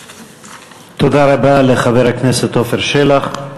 תודה רבה לחבר הכנסת עפר שלח.